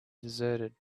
deserted